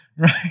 Right